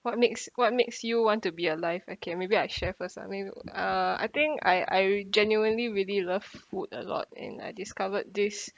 what makes what makes you want to be alive okay maybe I share first lah maybe uh I think I I genuinely really love food a lot and I discovered this